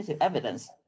evidence